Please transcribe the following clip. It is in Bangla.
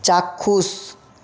চাক্ষুষ